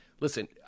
listen